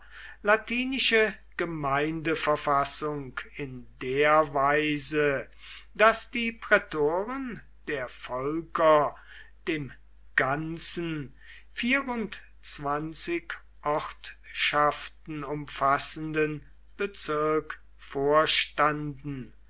gemeindeverfassung in der weise daß die prätoren der volker dem ganzen ortschaften umfassenden bezirk vorstanden